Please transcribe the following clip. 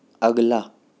اگلا